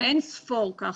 אוי, אינספור ככה.